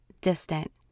distant